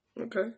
Okay